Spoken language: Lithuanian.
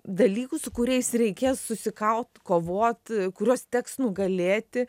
dalykų su kuriais reikės susikaut kovot kuriuos teks nugalėti